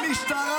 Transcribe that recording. כלומניק.